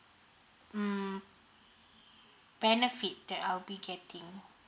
mm benefit that I'll be getting